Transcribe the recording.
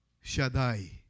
Shaddai